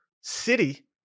City